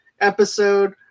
episode